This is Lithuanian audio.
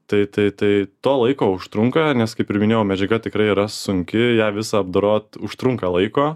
tai tai tai to laiko užtrunka nes kaip ir minėjau medžiaga tikrai yra sunki ją visą apdorot užtrunka laiko